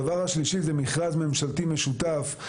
הדבר השלישי זה מכרז ממשלתי משותף.